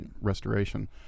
restoration